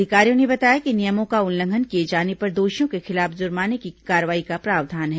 अधिकारियों ने बताया कि नियमों का उल्लंघन किए जाने पर दोषियों के खिलाफ जुर्माने की कार्रवाई का प्रावधान है